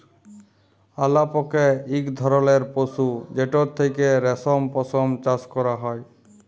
আলাপকে ইক ধরলের পশু যেটর থ্যাকে রেশম, পশম চাষ ক্যরা হ্যয়